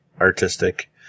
artistic